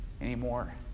anymore